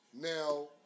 Now